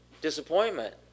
disappointment